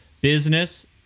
business